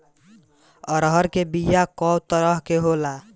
अरहर के बिया कौ तरह के होला?